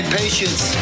patience